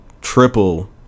triple